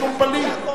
בשום פנים.